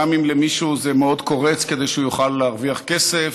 גם אם למישהו זה מאוד קורץ כדי שהוא יוכל להרוויח כסף,